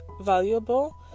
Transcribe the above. valuable